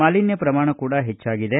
ಮಾಲಿನ್ಹ ಶ್ರಮಾಣ ಕೂಡ ಹೆಚ್ಚಿದೆ